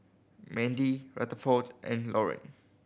Mandie Rutherford and Laurine